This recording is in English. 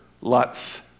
lots